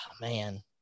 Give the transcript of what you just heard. Man